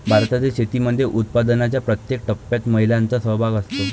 भारतातील शेतीमध्ये उत्पादनाच्या प्रत्येक टप्प्यात महिलांचा सहभाग असतो